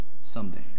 someday